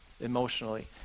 emotionally